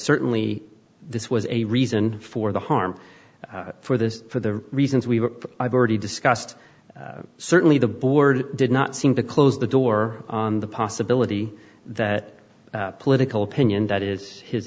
certainly this was a reason for the harm for this for the reasons we were i've already discussed certainly the board did not seem to close the door on the possibility that political opinion that is his